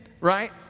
right